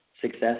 success